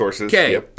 Okay